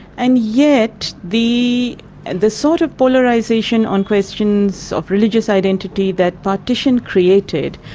and yet the and the sort of polarisation on questions of religious identity that partition created,